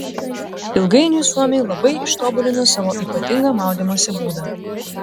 ilgainiui suomiai labai ištobulino savo ypatingą maudymosi būdą